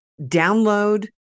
download